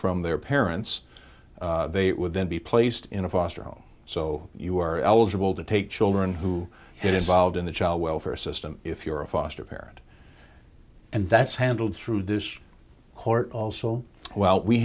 from their parents they would then be placed in a foster home so you are eligible to take children who get involved in the child welfare system if you're a foster parent and that's handled through this court also well we